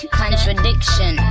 contradiction